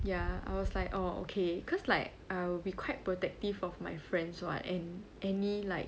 ya I was like oh okay cause like I will be quite protective of my friends so I and any like